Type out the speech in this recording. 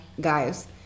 guys